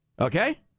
okay